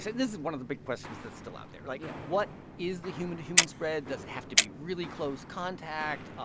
so this is one of the big questions that's still out there yeah like, yeah what is the human-to-human spread? does it have to be really close contact? ah